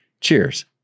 cheers